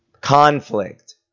conflict